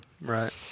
right